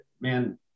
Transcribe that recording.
man